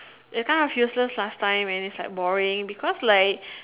that time like is useless last time and is like boring because like